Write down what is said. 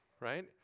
right